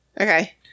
Okay